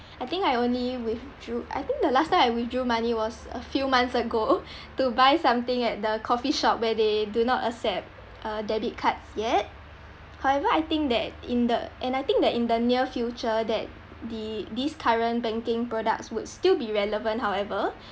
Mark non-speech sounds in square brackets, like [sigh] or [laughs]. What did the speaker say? I think I only withdrew I think the last time I withdrew money was a few months ago [laughs] to buy something at the coffee shop where they do not accept uh debit cards yet however I think that in the and I think that in the near future that the these current banking products would still be relevant however